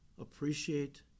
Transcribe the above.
appreciate